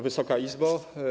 Wysoka Izbo!